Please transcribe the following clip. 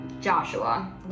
Joshua